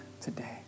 today